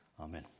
Amen